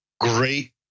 Great